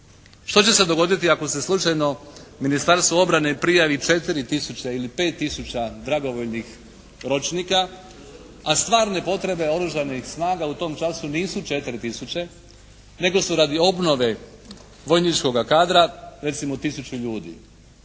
Što će se dogoditi ako se slučajno Ministarstvu obrane prijavi 4 tisuće ili 5 tisuća dragovoljnih ročnika a stvarne potrebe oružanih snaga u tom času nisu 4 tisuće nego su radi obnove vojničkoga kadra recimo 1000 ljudi.